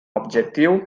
objectiu